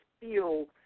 feel